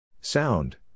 Sound